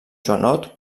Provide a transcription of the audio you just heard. joanot